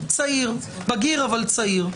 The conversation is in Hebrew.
בגיר אבל צעיר,